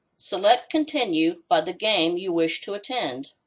select continue by the game you wish to attend.